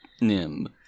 Nim